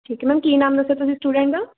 ਠੀਕ ਹੈ ਮੈਮ ਕੀ ਨਾਮ ਦੱਸਿਆ ਤੁਸੀਂ ਸਟੂਡੈਂਟ ਦਾ